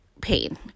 pain